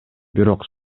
бирок